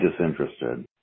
disinterested